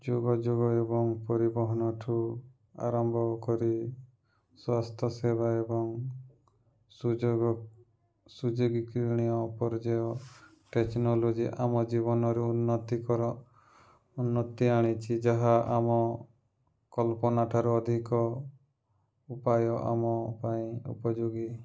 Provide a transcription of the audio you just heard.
ଯୁଗ ଯୁଗ ଏବଂ ପରିବହନଠୁ ଆରମ୍ଭ କରି ସ୍ୱାସ୍ଥ୍ୟ ସେେବା ଏବଂ ସୁଯୋଗ ସୁଯୋଗୀକରଣୀୟ ଟେକ୍ନୋଲୋଜି ଆମ ଜୀବନରେ ଉନ୍ନତିକର ଉନ୍ନତି ଆଣିଛି ଯାହା ଆମ କଲ୍ପନାଠାରୁ ଅଧିକ ଉପାୟ ଆମ ପାଇଁ ଉପଯୋଗୀ